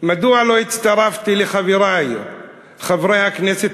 מדוע לא הצטרפתי לחברי חברי הכנסת